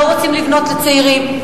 לא רוצים לבנות לצעירים,